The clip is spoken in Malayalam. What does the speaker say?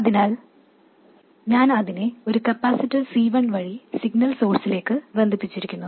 അതിനാൽ ഞാൻ അതിനെ ഒരു കപ്പാസിറ്റർ C1 വഴി സിഗ്നൽ സോഴ്സിലേക്ക് ബന്ധിപ്പിക്കുന്നു